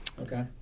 Okay